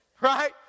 right